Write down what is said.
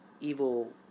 evil